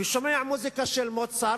ושומע מוזיקה של מוצרט